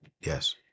yes